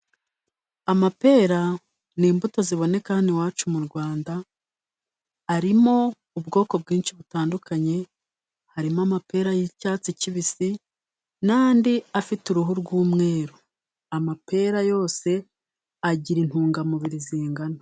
Amapera ni imbuto ziboneka hano iwacu mu Rwanda. Arimo ubwoko bwinshi butandukanye harimo amapera y'icyatsi kibisi n'andi afite uruhu rw'umweru. Amapera yose agira intungamubiri zingana.